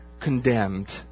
condemned